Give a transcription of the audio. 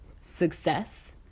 success